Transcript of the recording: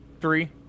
three